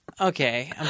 Okay